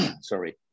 sorry